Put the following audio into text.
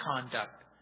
conduct